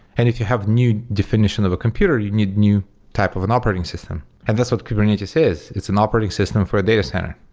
and if you have new definition of a computer, you need new type of an operating system, and this is what kubernetes is. it's an operating system for a data center.